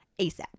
ASAP